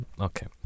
Okay